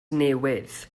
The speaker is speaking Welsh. newydd